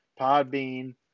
podbean